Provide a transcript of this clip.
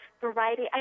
variety